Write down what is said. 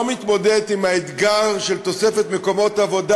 לא מתמודדת עם האתגר של תוספת מקומות עבודה